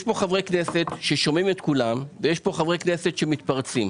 יש פה חברי כנסת ששומעים את כולם ויש פה חברי כנסת שמתפרצים,